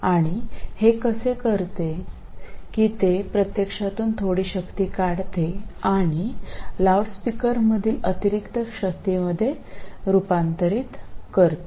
आणि हे कसे करते की ते प्रत्यक्षातून थोडी शक्ती काढते आणि लाऊडस्पीकरमधील अतिरिक्त शक्ती मध्ये रुपांतरीत करते